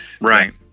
Right